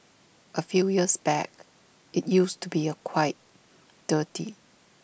A few years back IT used to be A quite dirty